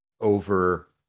over